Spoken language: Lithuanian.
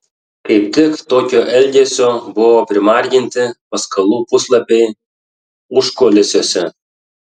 kaip tik tokio elgesio buvo primarginti paskalų puslapiai užkulisiuose